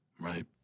Right